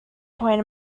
point